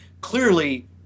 clearly